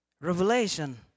revelation